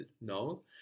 no